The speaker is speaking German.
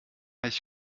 ich